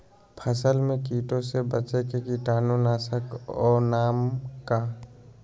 फसल में कीटों से बचे के कीटाणु नाशक ओं का नाम?